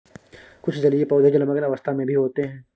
कुछ जलीय पौधे जलमग्न अवस्था में भी होते हैं